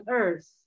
earth